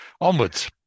Onwards